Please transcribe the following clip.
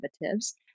derivatives